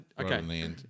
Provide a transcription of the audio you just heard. Okay